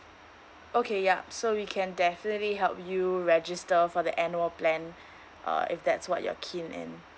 okay ya so we can definitely help you register for the annual plan uh if that's what you're keen in